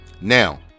Now